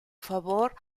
favor